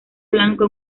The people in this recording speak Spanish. blanco